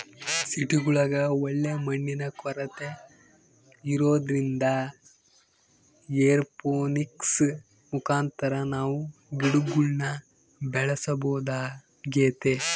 ಸಿಟಿಗುಳಗ ಒಳ್ಳೆ ಮಣ್ಣಿನ ಕೊರತೆ ಇರೊದ್ರಿಂದ ಏರೋಪೋನಿಕ್ಸ್ ಮುಖಾಂತರ ನಾವು ಗಿಡಗುಳ್ನ ಬೆಳೆಸಬೊದಾಗೆತೆ